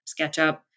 SketchUp